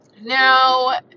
now